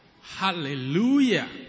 Hallelujah